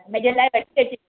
मुंहिंजे लाइ वठी अचु